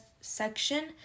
section